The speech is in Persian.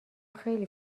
خیلی